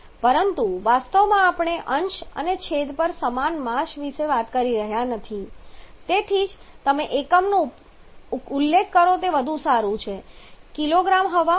પરંતુ વાસ્તવમાં આપણે અંશ અને છેદ પર સમાન માસ વિશે વાત કરી રહ્યા નથી તેથી જ તમે એકમનો પણ ઉલ્લેખ કરો તે વધુ સારું છે કિગ્રા હવાકિલો ફ્યુઅલ